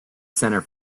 center